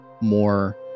more